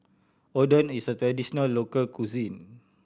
oden is a traditional local cuisine